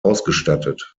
ausgestattet